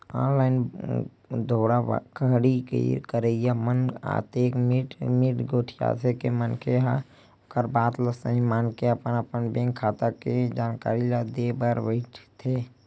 online धोखाघड़ी करइया मन अतेक मीठ मीठ गोठियाथे के मनखे ह ओखर बात ल सहीं मानके अपन अपन बेंक खाता के जानकारी ल देय बइठथे